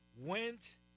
went